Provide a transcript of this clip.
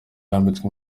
yambitswe